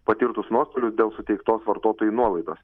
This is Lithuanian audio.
patirtus nuostolius dėl suteiktos vartotojui nuolaidos